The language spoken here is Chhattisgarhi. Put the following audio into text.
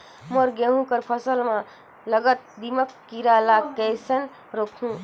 मोर गहूं कर फसल म लगल दीमक कीरा ला कइसन रोकहू?